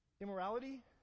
Immorality